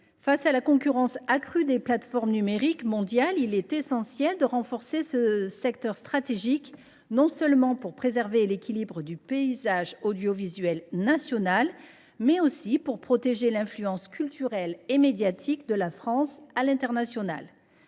Devant la concurrence accrue des plateformes numériques mondiales, il est essentiel de renforcer ce secteur stratégique, non seulement pour préserver l’équilibre du paysage audiovisuel national, mais encore pour protéger l’influence culturelle et médiatique de la France à l’international.